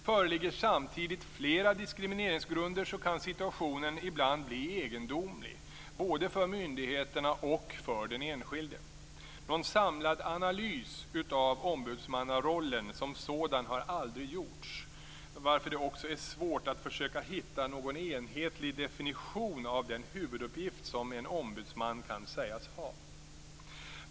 Föreligger samtidigt flera diskrimineringsgrunder kan situationen ibland bli egendomlig både för myndigheterna och för den enskilde. Någon samlad analys av ombudsmannarollen som sådan har aldrig gjorts, varför det också är svårt att försöka hitta någon enhetlig definition av den huvuduppgift som en ombudsman kan sägas ha.